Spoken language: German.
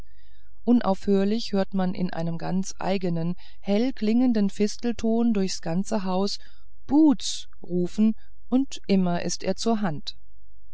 unaufhörlich hört man in einem ganz eigenen hellklingenden fistelton durchs ganze haus boots rufen und immer ist er zur hand